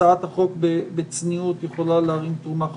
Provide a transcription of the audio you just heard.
הצעת החוק בצניעות יכולה להרים תרומה חשובה.